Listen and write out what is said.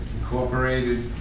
Incorporated